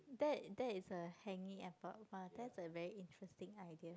that that is a hangy airport ah that's a very interesting idea